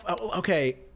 Okay